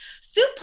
soup